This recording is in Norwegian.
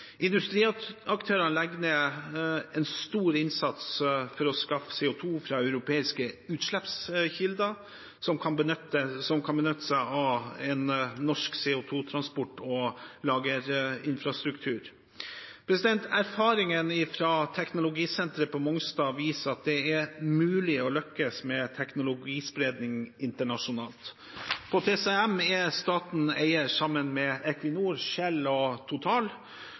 Industriaktørene legger ned en stor innsats for å skaffe CO 2 fra europeiske utslippskilder som kan benytte seg av en norsk CO 2 -transport- og lagerinfrastruktur. Erfaringen fra teknologisenteret på Mongstad viser at det er mulig å lykkes med teknologispredning internasjonalt. På TCM er staten eier sammen med Equinor, Shell og Total.